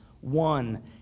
one